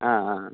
ஆ ஆ ஆ